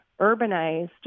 urbanized